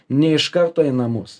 ne iš karto į namus